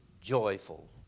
joyful